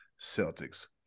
Celtics